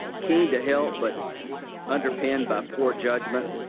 keen to help but underpinned by poor judgment.